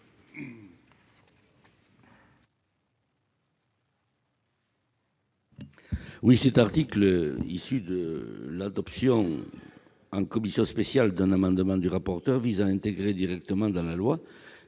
Cet article, issu de l'adoption en commission spéciale d'un amendement de M. le rapporteur, vise à intégrer directement dans la loi